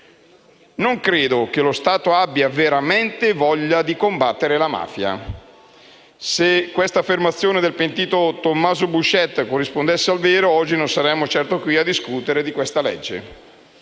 «Non credo che lo Stato italiano abbia veramente l'intenzione di combattere la mafia»: se questa affermazione del pentito Tommaso Buscetta corrispondesse al vero, oggi non saremmo certo qui a discutere di questo